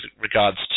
regards